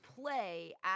play